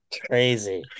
Crazy